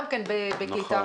גם בקליטה.